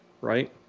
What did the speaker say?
right